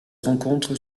rencontre